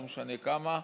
לא משנה כמה.